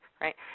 right